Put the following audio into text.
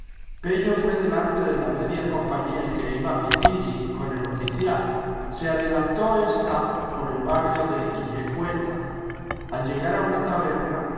fué delante de la media compañía en que iba pithiri con el oficial se adelantó ésta por el barrio de illecueta al llegar a una taberna